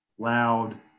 loud